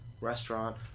restaurant